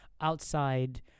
outside